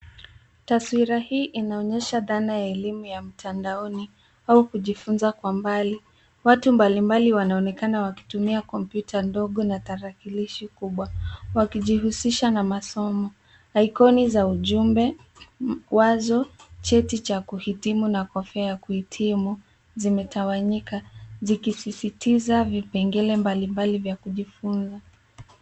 Taswira hii inaonyesha dhana ya elimu ya mtandaoni au kujifunza kwa mbali. Watu mbalimbali wanaonekana wakitumia kompyuta ndogo na tarakilishi kubwa wakijihusisha na masomo. Aikoni za ujumbe, wazo, cheti cha kuhitimu na kofia kuitimu zimetawanyika zikisisitiza vipengele mbalimbali vya kujifunza.